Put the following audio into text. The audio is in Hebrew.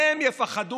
הם יפחדו